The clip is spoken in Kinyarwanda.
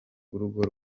urugo